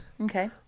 Okay